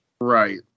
right